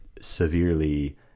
severely